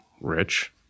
rich